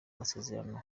masezerano